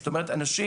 זאת אנשים